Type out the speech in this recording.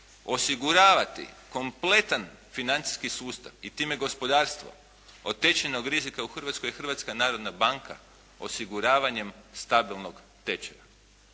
osiguravati kompletan financijski sustav i time gospodarstvo od tečajnog rizika u Hrvatskoj je Hrvatska narodna banka osiguravanjem stabilnog tečaja.